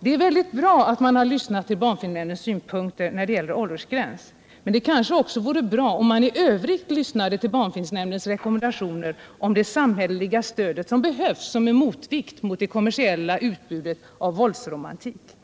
Det är bra att han lyssnat till barnfilmnämndens synpunkter när det gäller åldersgränser, men det kanske också vore bra om man i övrigt lyssnat till barnfilmnämndens rekommendationer om ett samhälleligt stöd, som behövs som en motvikt mot det kommersiella utbudet av vårdsromantik.